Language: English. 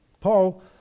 Paul